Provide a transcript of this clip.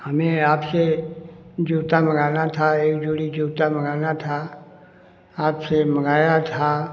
हमें आपसे जूता मँगाना था एक जोड़ी जूता मँगाना था आपसे मँगाया था